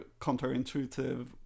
counterintuitive